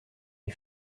les